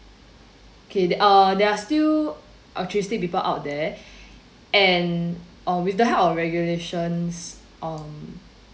okay uh there are still altruistic people out there and uh with the help of regulations on